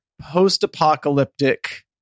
post-apocalyptic